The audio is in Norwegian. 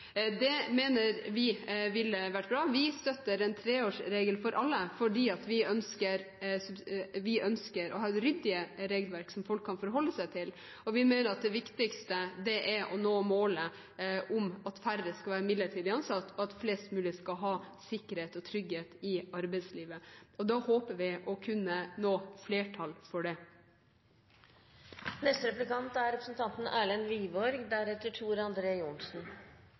Det mener vi ville vært bra. Vi støtter en treårsregel for alle fordi vi ønsker å ha ryddige regelverk, som folk kan forholde seg til. Vi mener at det viktigste er å nå målet om at færre skal være midlertidig ansatt, og at flest mulig skal ha sikkerhet og trygghet i arbeidslivet. Det håper vi å kunne oppnå flertall for. Spørsmålet mitt handler om aktivitetsplikt. Én ting jeg er helt enig med representanten